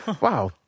Wow